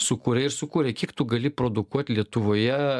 sukūrė ir sukūrė kiek tu gali produkuot lietuvoje